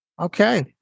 Okay